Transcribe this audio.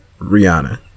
Rihanna